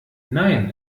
nein